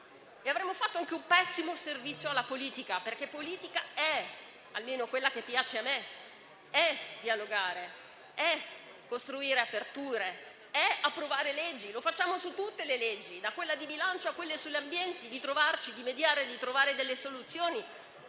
E avremmo reso un pessimo servizio anche alla politica, perché la politica - almeno quella che piace a me - è dialogare, è costruire aperture, è approvare leggi; lo facciamo su tutte le leggi, da quella di bilancio a quelle sull'ambiente, mediando, trovando delle soluzioni.